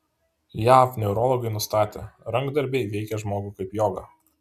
jav neurologai nustatė rankdarbiai veikia žmogų kaip joga